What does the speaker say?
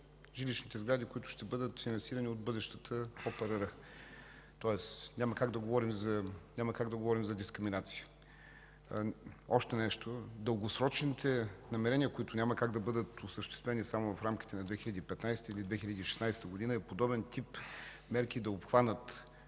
жилищните сгради, които ще бъдат финансирани от бъдещата ОПРР. Тоест няма как да говорим за дискриминация. Още нещо – дългосрочните намерения, които няма как да бъдат осъществени само в рамките на 2015 г. или 2016 г., са подобен тип мерки да обхванат